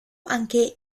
anche